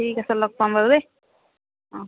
ঠিক আছে লগ পাম বাৰু দেই অ